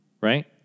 right